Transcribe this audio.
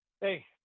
Hey